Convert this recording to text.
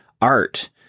art